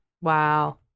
Wow